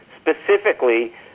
Specifically